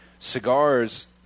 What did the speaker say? Cigars